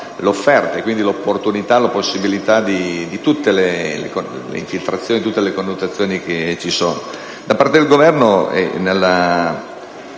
Grazie,